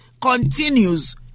Continues